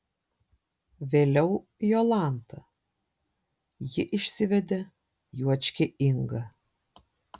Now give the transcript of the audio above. vėliau jolanta ji išsivedė juočkę ingą